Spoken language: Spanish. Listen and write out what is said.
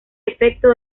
efecto